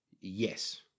Yes